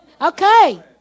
okay